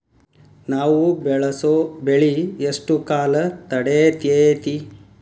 ನಾವು ಬೆಳಸೋ ಬೆಳಿ ಎಷ್ಟು ಕಾಲ ತಡೇತೇತಿ?